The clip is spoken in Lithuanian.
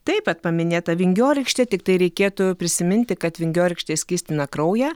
taip vat paminėta vingiorykštė tiktai reikėtų prisiminti kad vingiorykštė skystina kraują